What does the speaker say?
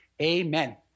Amen